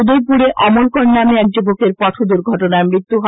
উদয়পুরে অমল কর নামে এক যুবকের পথ দুর্ঘটনায় মৃত্যু হয়